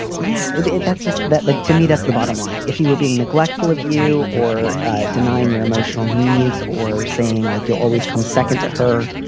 yeah, it that's just that like to me, that's the bottom line. if he were being neglectful of you or denying your emotional needs or saying, like, you'll always come second to her,